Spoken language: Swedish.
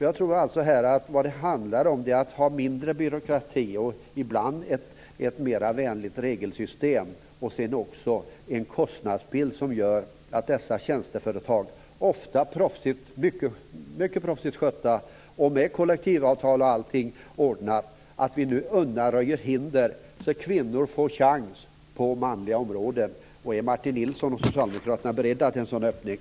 Jag tror alltså att det handlar om att ha mindre byråkrati och ibland ett mera vänligt regelsystem och också en kostnadsbild som gör att vi undanröjer hindren för dessa tjänsteföretag, ofta mycket professionellt skötta med kollektivavtal och annat, så att kvinnor får chans på manliga områden. Är Martin Nilsson och socialdemokraterna beredda till en sådan öppning?